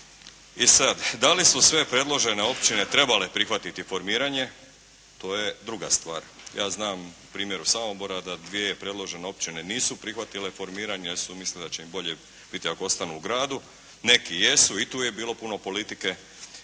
I sada da li su sve predložene općine trebale prihvatiti formiranje, to je druga stvar. Ja znam na primjeru Samobora da dvije predložene općine nisu prihvatile formiranje jer su mislile da će im bolje biti ako ostanu u gradu, neki jesu i tu je bilo puno politike, ali